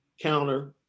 counter